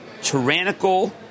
tyrannical